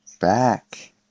back